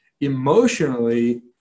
emotionally